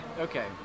Okay